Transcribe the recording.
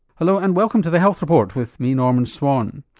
hello and welcome to the health report with me norman swan.